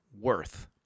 worth